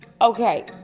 Okay